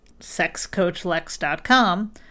sexcoachlex.com